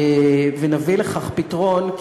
ונביא לכך פתרון,